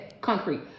concrete